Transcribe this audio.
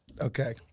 Okay